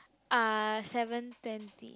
uh seven twenty